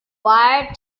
wire